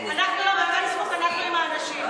אנחנו לא בפייסבוק, אנחנו עם האנשים.